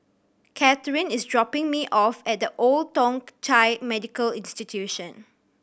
Kathyrn is dropping me off at The Old Thong Chai Medical Institution